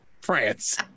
France